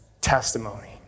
testimony